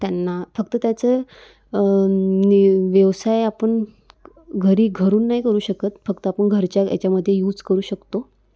त्यांना फक्त त्याचं नि व्यवसाय आपण घरी घरून नाही करू शकत फक्त आपण घरच्या याच्यामध्ये यूज करू शकतो